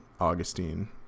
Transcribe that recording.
Augustine